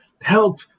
help